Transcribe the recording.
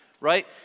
Right